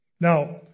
Now